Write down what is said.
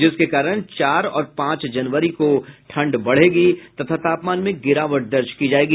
जिसके कारण चार और पांच जनवरी को ठंड बढ़ेगी तथा तापमान में गिरावट दर्ज की जायेगी